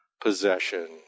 possession